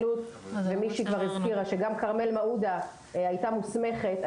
מישהי כבר הזכירה שגם כרמל מעודה הייתה מוסמכת,